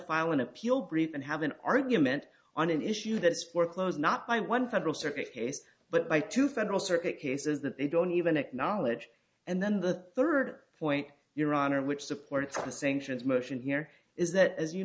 file an appeal brief and have an argument on an issue that's foreclosed not by one federal circuit case but by two federal circuit cases that they don't even acknowledge and then the third point your honor which supports the sinkers motion here is that as you